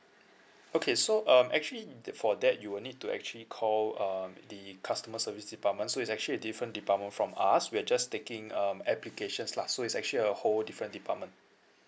okay so um actually for that you will need to actually call uh the customer service department so it's actually different department from us we're just taking um applications lah so it's actually a whole different department